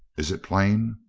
is it plain?